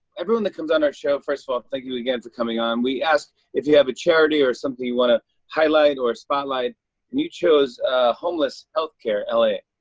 everyone that comes on our show first of all, thank you again for coming on we ask if you have a charity or something you want to highlight or spotlight. and you chose homeless health care l a.